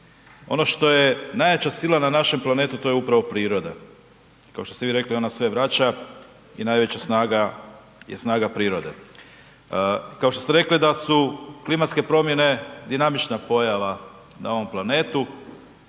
ono što je najjača sila na našem planetu to je upravo priroda, kao što ste vi rekli ona sve vraća i najveća snaga je snaga prirode. Kao što ste rekli da su klimatske promjene dinamična pojava na ovom planetu